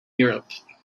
europe